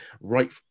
right